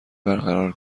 برقرار